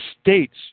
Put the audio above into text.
states